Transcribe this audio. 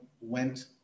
went